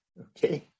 Okay